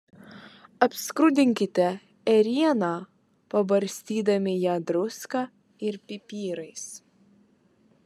apskrudinkite ėrieną pabarstydami ją druska ir pipirais